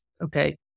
okay